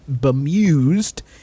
Bemused